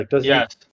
Yes